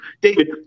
David